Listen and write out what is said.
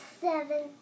seven